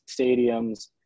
stadiums